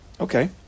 okay